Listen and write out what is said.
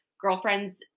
girlfriends